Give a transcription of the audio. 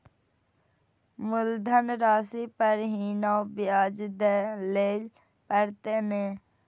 मुलधन राशि पर ही नै ब्याज दै लै परतें ने?